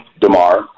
DeMar